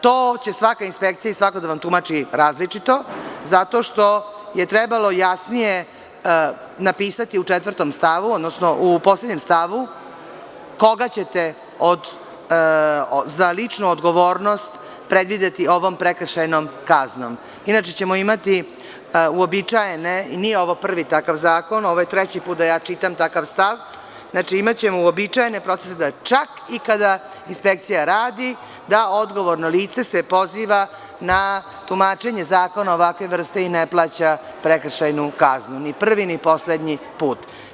To će svaka inspekcija i svako da vam tumači različito, zato što je trebalo jasnije napisati u 4. stavu, odnosno u poslednjem stavu koga ćete za ličnu odgovornost predvideti ovom prekršajnom kaznom, inače ćemo imati uobičajene, i nije ovo prvi takav zakon, ovo je treći put da ja čitam takav stav, znači, imaćemo uobičajene procese, da čak i kada inspekcija radi, da odgovorno lice se poziva na tumačenje zakona ovakve vrste i ne plaća prekršajnu kaznu ni prvi ni poslednji put.